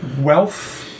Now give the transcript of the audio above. wealth